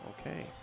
okay